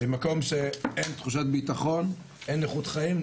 במקום שאין תחושת ביטחון אין איכות חיים,